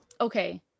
okay